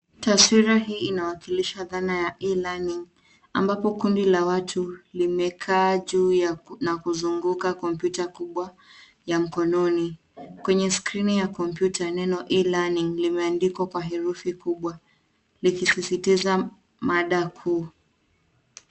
Taswira hii inawakilisha dhana ya e-learning ambapo kundi la watu limekaa juu ya na kuzunguka kompyuta kubwa ya mkononi. Kwneye skrini ya kompyuta neno e-learning limeandikwa kwa herufi kubwa likisisitiza madaa kuu.